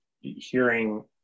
hearing